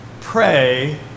pray